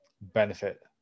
Benefit